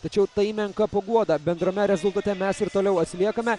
tačiau tai menka paguoda bendrame rezultate mes ir toliau atsiliekame